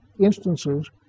instances